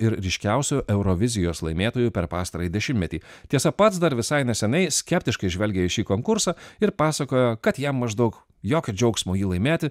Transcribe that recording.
ir ryškiausių eurovizijos laimėtoju per pastarąjį dešimtmetį tiesa pats dar visai neseniai skeptiškai žvelgė į šį konkursą ir pasakojo kad jam maždaug jokio džiaugsmo jį laimėti